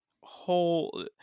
whole